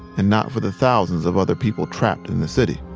and not for the thousands of other people trapped in the city.